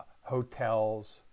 hotels